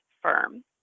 firm